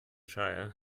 shire